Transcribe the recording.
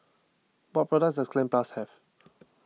what products does Cleanz Plus have